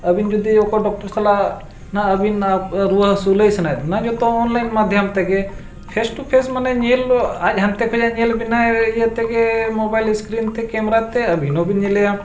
ᱟᱹᱵᱤᱱ ᱡᱩᱫᱤ ᱚᱠᱚᱭ ᱰᱚᱠᱴᱚᱨ ᱥᱟᱞᱟᱜ ᱦᱟᱸᱜ ᱟᱹᱵᱤᱱ ᱨᱩᱣᱟᱹ ᱦᱟᱹᱥᱩ ᱞᱟᱹᱭ ᱥᱟᱱᱟᱭᱮᱫ ᱵᱤᱱᱟ ᱡᱚᱛᱚ ᱚᱱᱞᱟᱭᱤᱱ ᱢᱟᱫᱽᱫᱷᱚᱢ ᱛᱮᱜᱮ ᱯᱷᱮᱥ ᱴᱩ ᱯᱷᱮᱥ ᱢᱟᱱᱮ ᱧᱮᱞ ᱟᱡ ᱦᱟᱱᱛᱮ ᱠᱷᱚᱱ ᱟ ᱧᱮᱞ ᱵᱤᱱᱟᱭ ᱤᱭᱟᱹ ᱛᱮᱜᱮ ᱢᱚᱵᱟᱭᱤᱞ ᱤᱥᱠᱤᱨᱤᱱ ᱛᱮ ᱠᱮᱢᱮᱨᱟ ᱛᱮ ᱟᱹᱵᱤᱱ ᱦᱚᱸᱵᱤᱱ ᱧᱮᱞᱮᱭᱟ